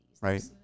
Right